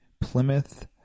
Plymouth